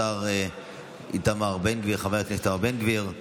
השר איתמר בן גביר,